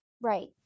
right